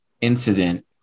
incident